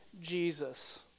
Jesus